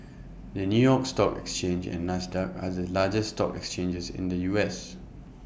the new york stock exchange and Nasdaq are the largest stock exchanges in the U S